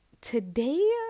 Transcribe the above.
today